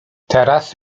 teraz